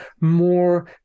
more